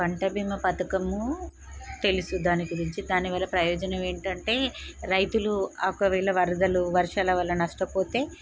పంట భీమా పథకము తెలుసు దాని గురించి దాని వల్ల ప్రయోజనం ఏంటంటే రైతులు ఒకవేళ వరదలు వర్షాలు వల్ల నష్టపోతే